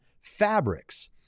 fabrics